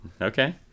Okay